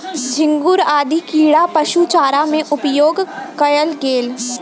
झींगुर आदि कीड़ा पशु चारा में उपयोग कएल गेल